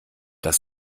das